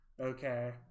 Okay